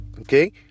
okay